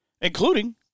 including